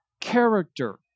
character